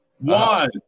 One